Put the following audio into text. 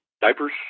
diapers